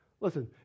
Listen